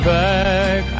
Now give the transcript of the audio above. back